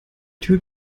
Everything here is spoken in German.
tür